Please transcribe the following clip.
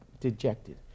dejected